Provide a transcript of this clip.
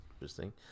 Interesting